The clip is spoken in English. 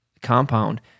compound